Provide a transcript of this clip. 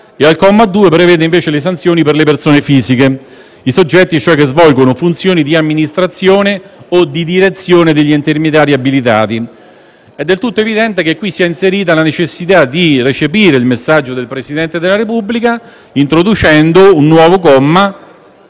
Al comma 2 prevede invece le sanzioni per le persone fisiche, i soggetti cioè che svolgono funzioni di amministrazione o di direzione degli intermediari abilitati. È del tutto evidente che qui si è inserita la necessità di recepire il messaggio del Presidente della Repubblica introducendo un nuovo comma